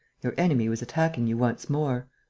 your enemy was attacking you once more.